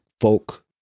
folk